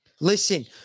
Listen